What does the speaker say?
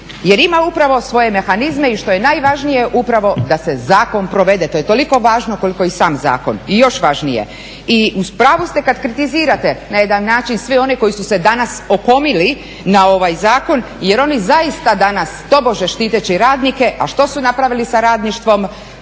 Jer ima upravo svoje mehanizme i što je najvažnije upravo da se zakon provede, to je toliko važno koliko i sam zakon, i još važnije. I u pravu ste kad kritizirate na jedan način sve one koji su se danas okomili na ovaj zakon jer oni zaista danas tobože štiteći radnike, a što su napravili sa radništvom,